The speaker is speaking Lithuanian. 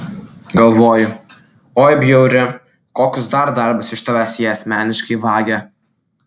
galvoju oi bjauri kokius dar darbus iš tavęs jie asmeniškai vagia